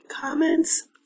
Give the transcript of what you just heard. comments